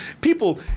people